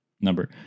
number